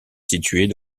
située